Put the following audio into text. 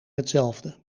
hetzelfde